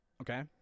okay